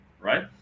right